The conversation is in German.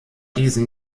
diesen